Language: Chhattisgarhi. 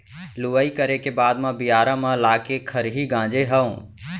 लुवई करे के बाद म बियारा म लाके खरही गांजे हँव